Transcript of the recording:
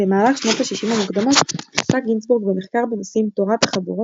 במהלך שנות ה-60 המוקדמות עסק גינזבורג במחקר בנושאים תורת החבורות,